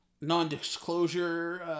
Non-disclosure